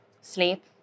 sleep